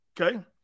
Okay